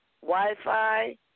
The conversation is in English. Wi-Fi